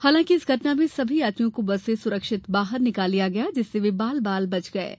हालांकि इस घटना में सभी यात्रियों को बस से सुरक्षित बाहर निकाल लिया गया जिससे वे बाल बाल बच गए हैं